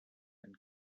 and